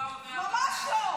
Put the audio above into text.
ממש לא.